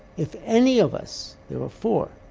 if any of us, there were four,